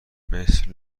مثل